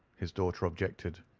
his daughter objected.